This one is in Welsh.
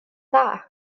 dda